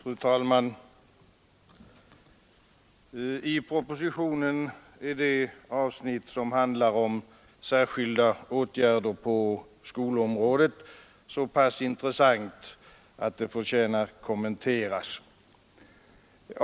Fru talman! I propositionen är det avsnitt som handlar om särskilda åtgärder på skolområdet så pass intressant att det förtjänar kommenteras.